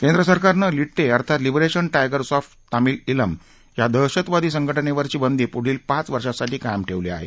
केंद्र सरकारनं लिट्टे अर्थात liberation tigers of Tamil Eelam या दहशतवादी संघटनेवरची बंदी पुढील पाच वर्षांसाठी कायम ठेवली आहे